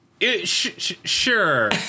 sure